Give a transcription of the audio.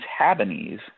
habanese